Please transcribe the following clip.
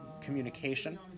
communication